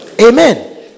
Amen